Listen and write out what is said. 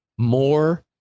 More